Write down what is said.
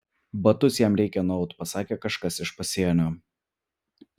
batus jam reik nuaut pasakė kažkas iš pasienio